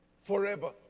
forever